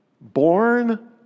born